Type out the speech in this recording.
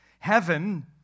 Heaven